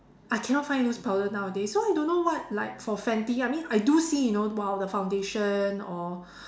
I cannot find loose powder nowadays so I don't know what like for fenty I mean I do see you know !wow! the foundation or